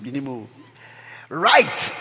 Right